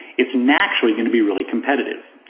it's naturally gonna be really competitive.